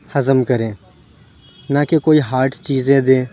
ہضم کریں نہ کہ کوئی ہاڈ چیزیں دیں